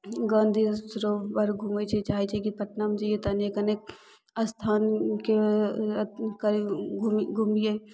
गाँधी सरोवर घुमय छै चाहय छै कि पटनामे जइए तऽ अनेक अनेक स्थान के करय घूमियै